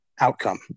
outcome